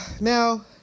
now